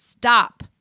Stop